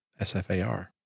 SFAR